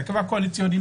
ההרכב הקואליציוני,